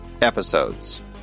episodes